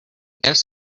guess